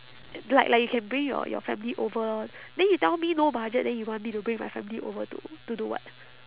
like like you can bring your your family over then you tell me no budget then you want me to bring my family over to to do what